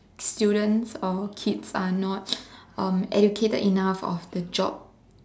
students or kids are not educated enough of the job